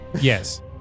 Yes